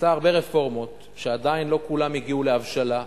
עשתה הרבה רפורמות, שעדיין לא כולן הגיעו להבשלה.